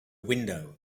window